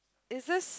is this